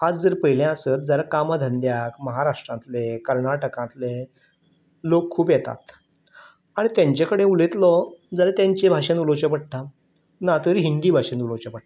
आज जर पयलें आसत जाल्यार कामा धंद्यांक म्हाराष्ट्रांतले कर्नाटकांतले लोक खूब येतात आनी तेंचेकडेन उलयतलो जाल्यार तेंचे भाशेन उलोवचें पडटा ना तर हिंदी भाशेन उलोवचें पडटा